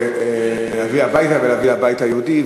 ולהביא הביתה ולהביא לבית היהודי,